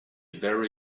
very